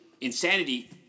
insanity